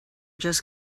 just